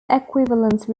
equivalence